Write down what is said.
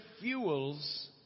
fuels